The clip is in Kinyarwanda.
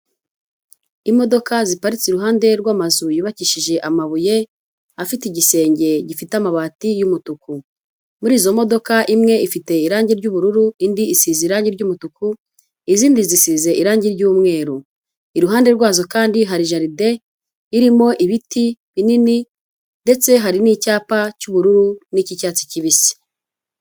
Imodoka ziparitse iruhande rw'amazu yubakishije amabuye, afite igisenge gifite amabati y'umutuku. Muri izo modoka imwe ifite irangi ry'ubururu indi isize irangi ry'umutuku, izindi zisize irangi ry'umweru. Iruhande rwazo kandi hari jaride irimo ibiti binini ndetse hari n'icyapa cy'ubururu n'icy'icyatsi kibisi.